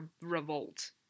revolt